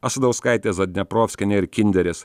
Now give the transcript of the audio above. asadauskaitė zadneprovskienė ir kinderis